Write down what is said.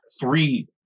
three